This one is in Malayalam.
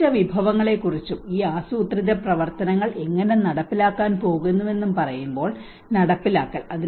യോജിച്ച വിഭവങ്ങളെക്കുറിച്ചും ഈ ആസൂത്രിത പ്രവർത്തനങ്ങൾ എങ്ങനെ നടപ്പിലാക്കാൻ പോകുന്നുവെന്നും പറയുമ്പോൾ നടപ്പിലാക്കൽ